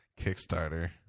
Kickstarter